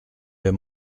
les